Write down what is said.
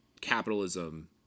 capitalism